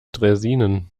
draisinen